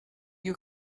you